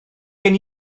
gen